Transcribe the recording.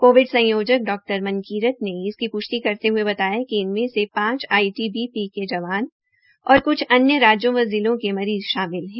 Covid संयोजन डॉ मनकीरत ने इसकी प्ष्टि करते हये बताया कि इनमें से पांच आईटीबीपी के जवान और क्छ अन्य राज्यों व जिलों के मरीज़ शामिल है